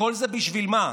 וכל זה בשביל מה?